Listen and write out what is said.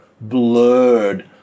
blurred